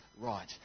right